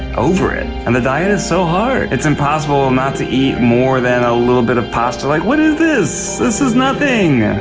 over it and the diet is so hard. it's an impossible amount to eat more than a little bit of pasta like what is this? this is nothing.